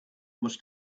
must